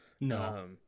No